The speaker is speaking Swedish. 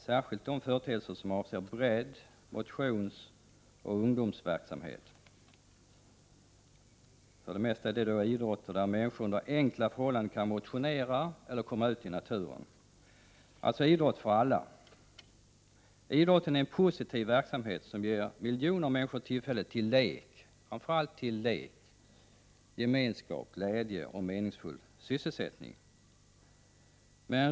Särskilt de företeelser som avser bredd-, motionsoch ungdomsverksamhet — för det mesta idrotter där människor under enkla förhållanden kan motionera och komma ut i naturen, alltså idrott för alla. Idrotten är en positiv verksamhet som ger miljoner människor tillfälle till framför allt lek, gemenskap, glädje och meningsfull sysselsättning.